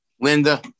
Linda